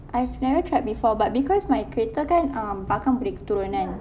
I've never tried before but because my kereta kan um belakang boleh turun kan